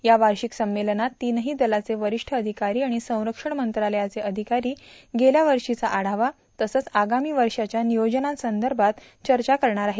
या वार्षिक संमेलनात तीनही दलाचे वरिष्ठ अधिकारी आणि संरक्षण मंत्रालयाचे अधिकारी गेल्या वर्षीचा आढावा तसंच आगामी वर्षाच्या नियोजनासंबंधात चर्चा करणार आहेत